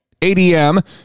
ADM